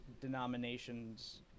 denominations